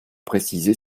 précisée